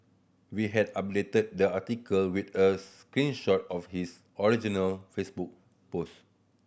we had updated the article with a screen shot of his original Facebook post